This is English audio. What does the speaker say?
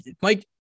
Mike